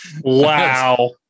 Wow